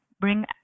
bring